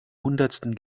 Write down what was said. hundertsten